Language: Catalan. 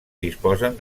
disposen